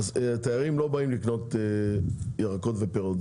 תיירים לא באים לקנות ירקות ופירות,